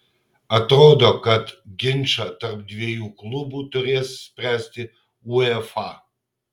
atrodo kad ginčą tarp dviejų klubų turės spręsti uefa